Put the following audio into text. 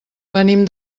venim